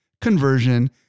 conversion